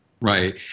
Right